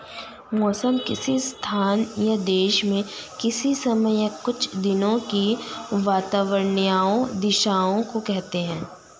मौसम किसी स्थान या देश में किसी समय या कुछ दिनों की वातावार्नीय दशाओं को कहते हैं